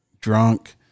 drunk